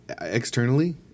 externally